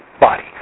body